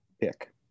Pick